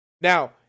now